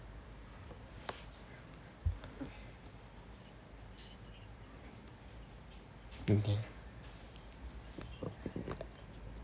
okay